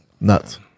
Nuts